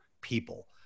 people